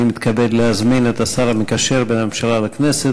אני מתכבד להזמין את השר המקשר בין הממשלה לכנסת